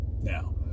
now